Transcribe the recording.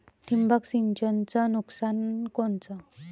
ठिबक सिंचनचं नुकसान कोनचं?